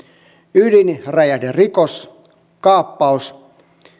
ydinräjähderikos kaappaus